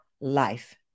life